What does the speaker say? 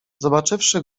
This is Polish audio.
zobaczywszy